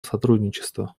сотрудничества